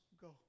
go